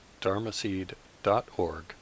dharmaseed.org